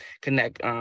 connect